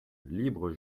libre